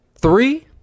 three